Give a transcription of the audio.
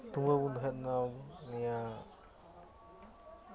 ᱛᱩᱸᱵᱟᱹ ᱵᱚᱱ ᱫᱚᱦᱚᱭᱮᱫ ᱛᱟᱦᱮᱱᱟ ᱤᱭᱟᱹ